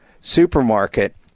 supermarket